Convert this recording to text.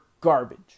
garbage